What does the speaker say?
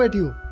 ah you?